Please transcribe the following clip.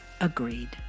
agreed